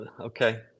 okay